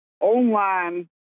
online